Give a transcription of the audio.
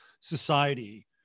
society